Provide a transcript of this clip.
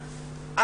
"אתנה",